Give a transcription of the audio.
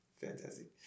fantastic